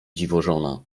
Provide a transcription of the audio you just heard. dziwożona